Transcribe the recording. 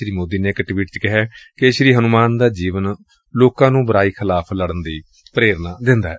ਸ੍ਰੀ ਮੋਦੀ ਨੇ ਇਕ ਟਵੀਟ ਚ ਕਿਹੈ ਕਿ ਸ੍ਰੀ ਹਨੁੰਮਾਨ ਦਾ ਜੀਵਨ ਲੋਕਾਂ ਨੁੰ ਬੁਰਾਈ ਖਿਲਾਫ਼ ਲਤਨ ਦੀ ਪ੍ਰੇਰਨਾ ਦਿੰਦੈ